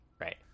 Right